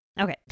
okay